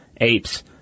apes